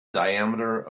diameter